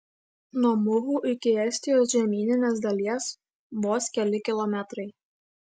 nuo muhu iki estijos žemyninės dalies vos keli kilometrai